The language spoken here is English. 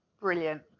brilliant